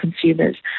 consumers